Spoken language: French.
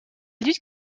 lutte